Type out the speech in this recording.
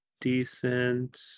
decent